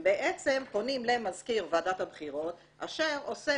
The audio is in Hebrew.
הם בעצם פונים למזכיר ועדת הבחירות אשר עושה